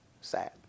sad